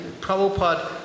Prabhupada